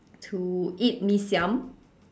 to eat mee siam